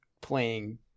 playing